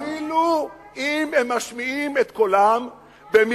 אפילו אם הם משמיעים את קולם במימון,